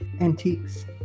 antiques